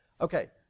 Okay